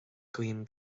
guím